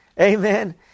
Amen